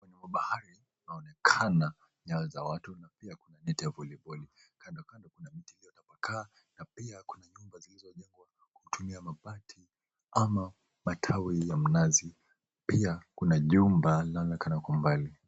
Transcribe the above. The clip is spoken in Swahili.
Ufuoni wa bahari kunaonekana nyayo za watu na pia kuna gate ya volleyball . Kandokando kuna miti iliyotapakaa na pia kuna nyumba zilizojengwa kwa kutumia mabati ama matawi ya mnazi, pia kuna jumba linaloonekana kwa umbali.